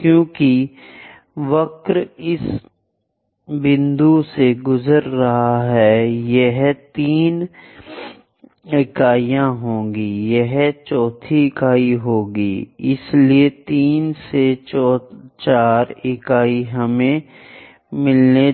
क्योंकि वक्र इस बिंदु से गुजर रहा है यह तीन इकाइयाँ होंगी यह 4 इकाइयाँ होंगी इसलिए 3 से 4 इकाइयाँ हमें मिलने